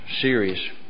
series